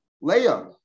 Leah